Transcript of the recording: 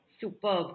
superb